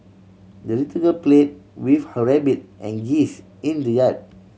the little girl play with her rabbit and geese in the yard